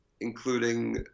including